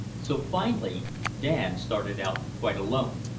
so finally dan started out quite alone.